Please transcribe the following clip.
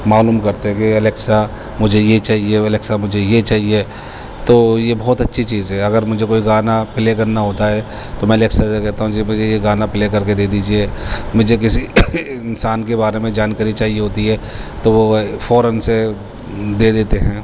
معلوم کرتے ہیں کہ الیکسا مجھے یہ چاہیے الیکسا مجھے یہ چاہیے تو یہ بہت اچھی چیز ہے اگر مجھے کوئی گانا پلے کرنا ہوتا ہے تو میں الیکسا سے کہتا ہوں جی مجھے یہ گانا پلے کر کے دے دیجیے مجھے کسی انسان کے بارے میں جانکاری چاہیے ہوتی ہے تو وہ فوراً سے دے دیتے ہیں